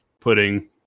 putting